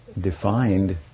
defined